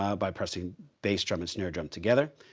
ah by pressing bass drum and snare drum together.